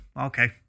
okay